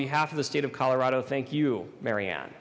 behalf of the state of colorado thank you mary ann